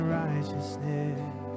righteousness